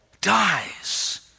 dies